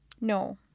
no